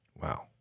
Wow